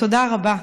תודה רבה.